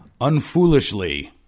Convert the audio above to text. unfoolishly